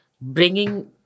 bringing